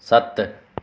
सत्त